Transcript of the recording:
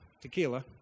tequila